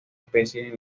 especie